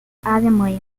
alemanha